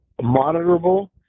monitorable